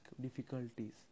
difficulties